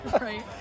Right